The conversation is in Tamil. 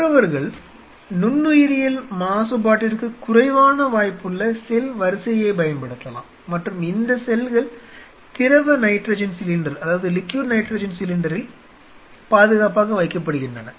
மற்றவர்கள் நுண்ணுயிரியல் மாசுபாட்டிற்கு குறைவான வாய்ப்புள்ள செல் வரிசையைப் பயன்படுத்தலாம் மற்றும் இந்த செல்கள் திரவ நைட்ரஜன் சிலிண்டரில் பாதுகாப்பாக வைக்கப்படுகின்றன